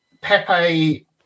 Pepe